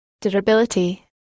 Durability